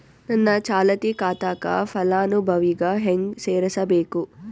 ನನ್ನ ಚಾಲತಿ ಖಾತಾಕ ಫಲಾನುಭವಿಗ ಹೆಂಗ್ ಸೇರಸಬೇಕು?